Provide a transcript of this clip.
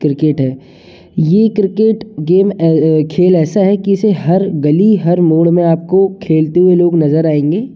cricket है ये cricket game खेल ऐसा है कि इसे हर गली हर मोड़ में आपको खेलते हुए लोग नजर आएँगे